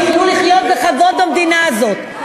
יוכלו לחיות בכבוד במדינה הזאת,